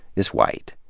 is white.